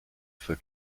for